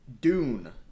Dune